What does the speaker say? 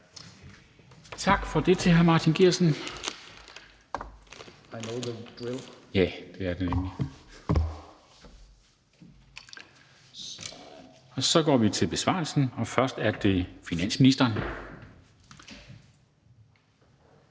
Tak for det til hr. Martin Geertsen. Så går vi til besvarelsen, og først er det den fungerende